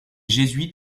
jésuites